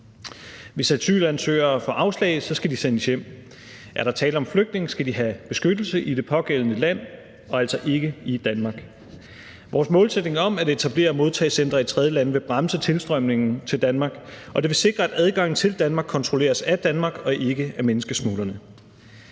Hvis asylansøgere får afslag, skal de sendes hjem. Er der tale om flygtninge, skal de have beskyttelse i det pågældende land og altså ikke i Danmark. Vores målsætning om at etablere modtagecentre i tredjelande vil bremse tilstrømningen til Danmark, og det vil sikre, at adgangen til Danmark kontrolleres af Danmark og ikke af menneskesmuglere.